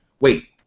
wait